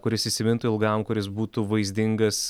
kuris įsimintų ilgam kuris būtų vaizdingas